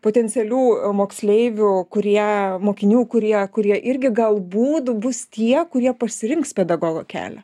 potencialių moksleivių kurie mokinių kurie kurie irgi galbūt bus tie kurie pasirinks pedagogo kelią